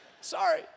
Sorry